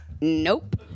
Nope